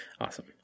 Awesome